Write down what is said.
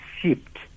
shipped